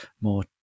more